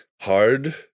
hard